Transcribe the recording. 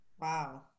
wow